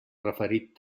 referit